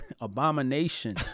abomination